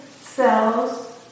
cells